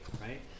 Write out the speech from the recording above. right